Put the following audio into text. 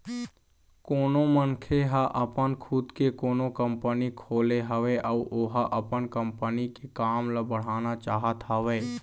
कोनो मनखे ह अपन खुद के कोनो कंपनी खोले हवय अउ ओहा अपन कंपनी के काम ल बढ़ाना चाहत हवय